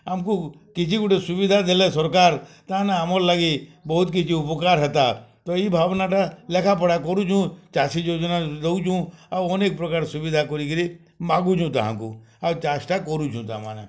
ଆମ୍କୁ କିଛି ଗୁଟେ ସୁବିଧା ଦେଲେ ସର୍କାର୍ ତାମାନେ ଆମର୍ ଲାଗି ବହୁତ୍ କିଛି ଉପକାର୍ ହେତା ତ ଇ ଭାବ୍ନାଟା ଲେଖା ପଢ଼ା କରୁଚୁଁ ଚାଷୀ ଯୋଜନା ଦଉଚୁଁ ଆଉ ଅନେକ୍ ପ୍ରକାର୍ ସୁବିଧା କରି କିରି ମାଗୁଛୁଁ ତାହାଙ୍କୁ ଆଉ ଚାଷ୍ଟା କରୁଛୁଁ ତାମାନେ